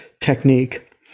technique